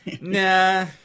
nah